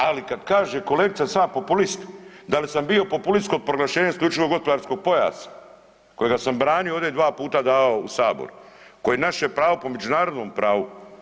Ali kad kaže kolegica da sam ja populist, da li sam bio populist kod proglašenja isključivog gospodarskog pojasa kojega sam branio ovdje i dva puta davao u sabor koji je naše pravo po međunarodnom pravu.